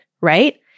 right